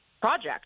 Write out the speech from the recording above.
project